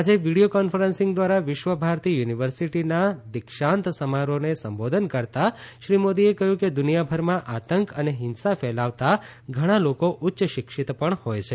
આજે video conferencing દ્વારા વિશ્વ ભારતી યુનિવર્સિટીના દિક્ષાંત સમારોહને સંબોધન કરતાં શ્રી મોદીએ કહ્યું કે દુનિયાભરમાં આતંક અને હિંસા ફેલાવતા ઘણા લોકો ઉચ્ય શિક્ષિત પણ હોય છે